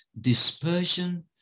dispersion